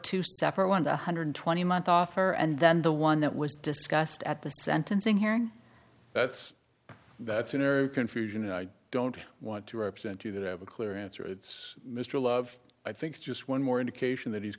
two separate one hundred and twenty month offer and then the one that was discussed at the sentencing hearing that's that's an error confusion and i don't want to represent you that i have a clear answer it's mr love i think just one more indication that he's